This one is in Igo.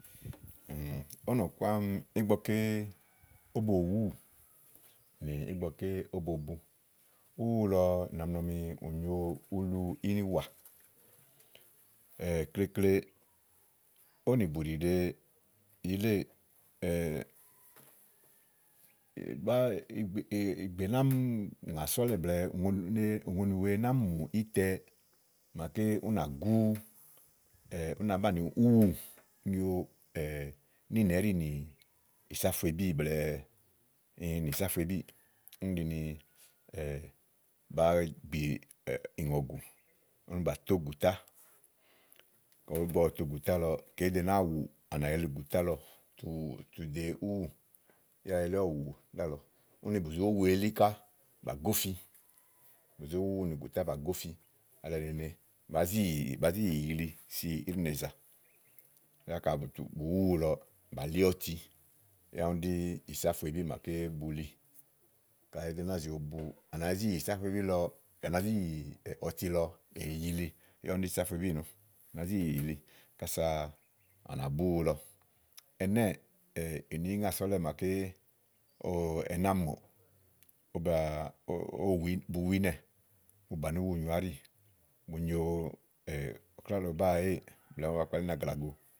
ówò nɔ̀ku ámi ígbɔké ówó bo wù úwù nì ígbɔké ówó bo bu úwu lɔ ɖàa ŋlɔ ni ù nyo ulu ínìwà, klekle ówò nìbùɖìɖe yìíléè ìgbè ná mi ŋà so ɔ́lɛ̀ blɛ̀ɛ ùŋonì wèe ná mi mù ítɛ màaké ú ná gú ú nàá bnìi úwù nyo níì nɛ̀ ɛ́ɖì nì ìsáfuebí blɛ́ɛ ii nìsáfuebíì úni ɖini bàáa gbì ìŋɔ̀gù úni bà tó ùgùtá kɔ ígbɔ ɔwɔ to ùgùtá lɔ ke èéɖe náá wù, á ná yili ùgùtá lɔ tu ɖe úwù yá elí ɔwɔ wù ɖíàlɔ. úni bù zó wu elí ká bà gófi bàzó wu úwù nùgùtá bà gófi alɛ nà nene bà zi yì yilisi íɖìnèzà yá kayi bù tu, bùú wu úwu lɔ bà li ɔti yá úni ɖí ìsáfuebi màake bu li kayi ówò do náa bu úwu lɔ ɖíìsáfuebí nùú à nàá zi yì yili ása à nà bu úwu lɔ ɛnɛ́ɛ̀ ènì ìí ŋa sòo ɔ̀lɛ̀ màaké òó ɛnɛ́ àámi ówó baa, ówó bo wu ínɛ́ ówó bà nì úwù nyoà áɖi ówó bo nyo kláɖòbá èéè màa ba kpali ni àglago.